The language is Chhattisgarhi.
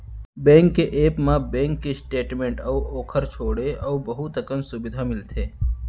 बैंक के ऐप म बेंक के स्टेट मेंट अउ ओकर छोंड़े अउ बहुत अकन सुबिधा मिलथे